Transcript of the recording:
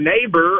neighbor